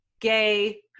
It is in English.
gay